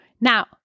Now